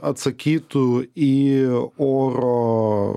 atsakytų į oro